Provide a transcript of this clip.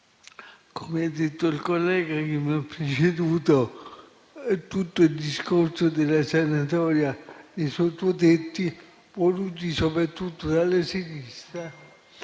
Come ha detto il collega che mi ha preceduto, tutto il discorso della sanatoria dei sottotetti è voluto soprattutto dalla sinistra